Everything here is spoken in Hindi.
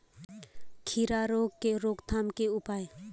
खीरा रोग के रोकथाम के उपाय?